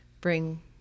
bring